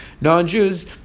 non-Jews